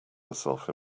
herself